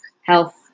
health